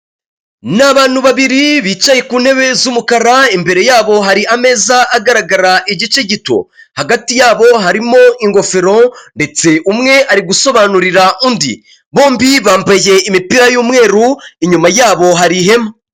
Ni abantu babiri bicaye ku ntebe z'umukara imbere yabo hari ameza agaragara igice gito, hagati yabo harimo ingofero ndetse umwe ari gusobanurira undi, bombi bambayeye imipira y'umweru inyuma yabo hari ihema.